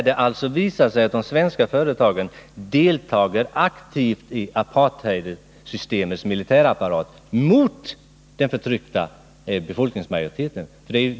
Det visar sig alltså att de svenska företagen aktivt deltar i apartheidsystemets militärapparat mot den förtryckta folkmajoriteten.